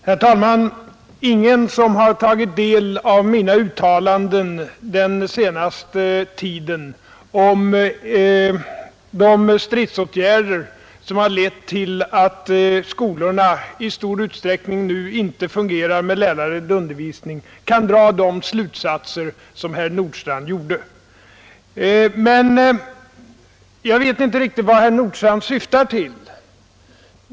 Herr talman! Ingen som har tagit del av mina uttalanden den senaste tiden om de stridsåtgärder som lett till att skolorna i stor utsträckning nu inte fungerar med lärarledd undervisning kan dra de slutsatser som herr Nordstrandh gjorde. Jag vet inte riktigt vad han syftar till.